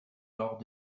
lors